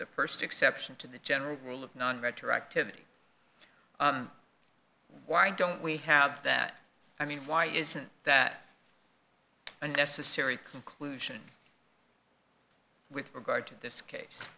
the first exception to the general rule of non veteran activity why don't we have that i mean why isn't that a necessary conclusion with regard to this case